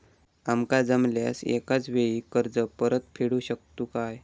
आमका जमल्यास एकाच वेळी कर्ज परत फेडू शकतू काय?